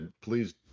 Please